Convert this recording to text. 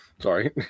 Sorry